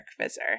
visor